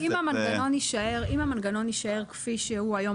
אם המנגנון יישאר קבוע בחוק כפי שהוא היום,